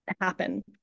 happen